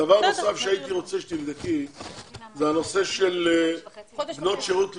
דבר נוסף שהייתי רוצה שתבדקי זה הנושא של בנות שירות לאומי.